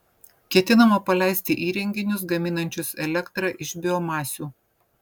ketinama paleisti įrenginius gaminančius elektrą iš biomasių